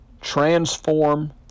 Transform